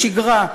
לשגרה.